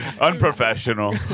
Unprofessional